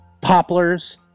poplars